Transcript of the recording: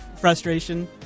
frustration